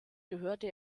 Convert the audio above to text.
gehörte